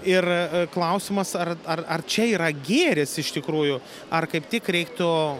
ir klausimas ar ar ar čia yra gėris iš tikrųjų ar kaip tik reiktų